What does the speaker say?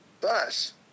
bus